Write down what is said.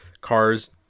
cars